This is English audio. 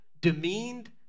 demeaned